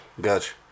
Gotcha